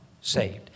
saved